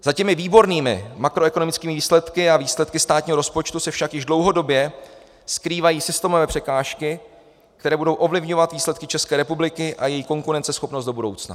Za těmi výbornými makroekonomickými výsledky a výsledky státního rozpočtu se však již dlouhodobě skrývají systémové překážky, které budou ovlivňovat výsledky České republiky a její konkurenceschopnost do budoucna.